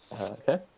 Okay